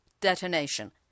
detonation